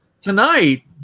tonight